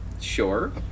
Sure